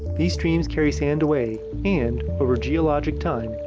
these streams carry sand away and, over geologic time,